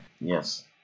Yes